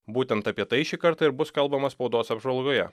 būtent apie tai šį kartą ir bus kalbama spaudos apžvalgoje